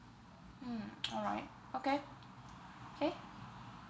mm alright okay okay